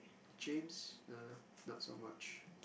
James uh not so much